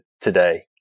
today